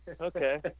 Okay